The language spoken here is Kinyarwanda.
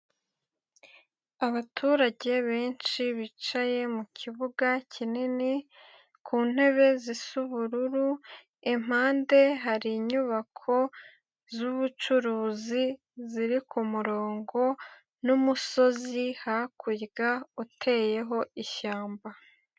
Abaturage benshi bicaye mu kibuga kinini ku ntebe zisa ubururu, impande hari inyubako zubucuruzi ziri ku kumurongo n'umusozi, hakurya uteyeho ishyamba.